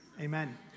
Amen